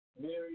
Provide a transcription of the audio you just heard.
Mary